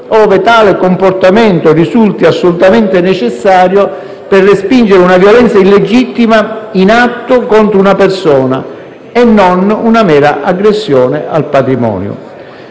ove tale comportamento risulti «assolutamente necessario» per respingere una violenza illegittima in atto contro una persona e non una mera aggressione al patrimonio.